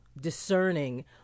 discerning